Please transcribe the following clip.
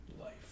life